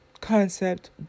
concept